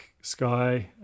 Sky